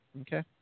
Okay